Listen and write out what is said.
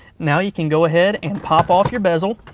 now you can go ahead and pop off your bezel.